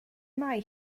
mae